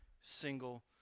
single